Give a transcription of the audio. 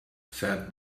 said